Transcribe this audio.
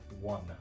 One